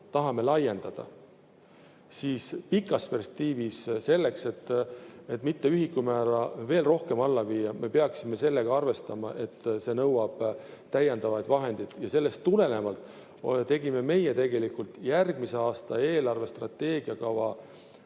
tahame laiendada, siis pikas perspektiivis selleks, et mitte ühikumäära veel rohkem alla viia, me peaksime arvestama, et see nõuab täiendavaid vahendeid. Sellest tulenevalt tegime meie järgmise aasta eelarvestrateegiakavas